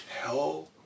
hell